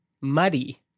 muddy